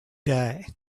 day